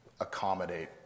accommodate